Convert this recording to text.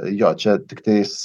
jo čia tiktais